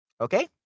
Okay